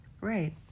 Right